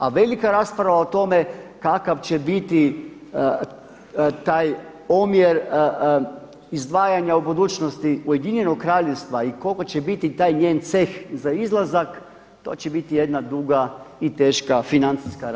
A velika rasprava o tome kakav će biti taj omjer izdvajanja u budućnosti Ujedinjenog kraljevstva i koliko će biti taj njen ceh za izlazak to će biti jedna duga i teška financijska rasprava.